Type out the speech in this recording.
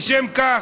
לשם כך,